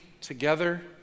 together